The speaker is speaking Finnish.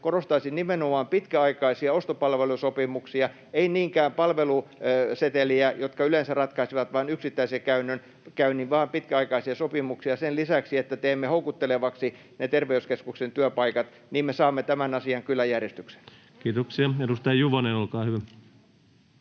Korostaisin nimenomaan pitkäaikaisia ostopalvelusopimuksia, en niinkään palveluseteleitä, jotka yleensä ratkaisevat vain yksittäisen käynnin, vaan pitkäaikaisia sopimuksia, ja kun sen lisäksi teemme houkuttelevaksi terveyskeskuksien työpaikat, niin me saamme tämän asian kyllä järjestykseen. [Speech 90] Speaker: